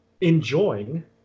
enjoying